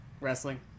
wrestling